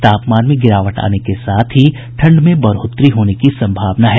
तापमान में गिरावट आने के साथ ही ठंड में बढ़ोतरी होने की सम्भावना है